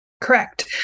Correct